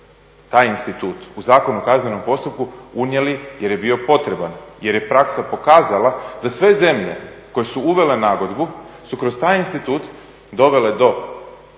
taj institut u Zakon o kaznenom postupku unijeli jer je bio potreban, jer je praksa pokazala da sve zemlje koje su uvele nagodbu su kroz taj institut dovele do